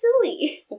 silly